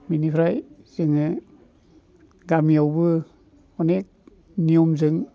बिनिफ्राय जोङो गामियावबो अनेख नियमजों